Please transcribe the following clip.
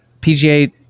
PGA